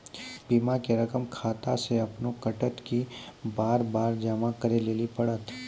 बीमा के रकम खाता से अपने कटत कि बार बार जमा करे लेली पड़त?